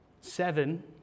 seven